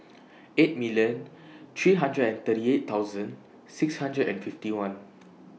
eight million three hundred and thirty eight thousand six hundred and fifty one